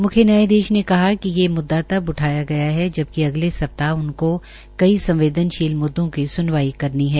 म्ख्य न्यायधीश ने कहा कि यह मुद्दा तक उठाया गया है जबकि अगले सप्ताह उनको संवदेनशील मुद्दो की सूनवाई करनी है